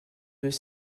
deux